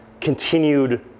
continued